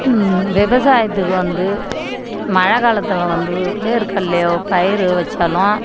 விவசாயத்துக்கு வந்து மழைக்காலத்துல வந்து வேருக்கடலையோ பயிறு வைச்சாலும்